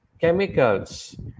chemicals